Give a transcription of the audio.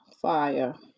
fire